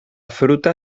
fruta